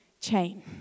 chain